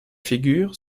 figures